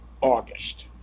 August